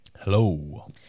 Hello